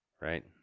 right